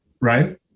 right